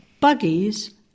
Buggies